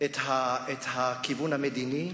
את הכיוון המדיני,